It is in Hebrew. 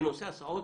בנושא הסעות,